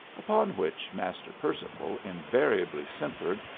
upon which master percival invariably simpered,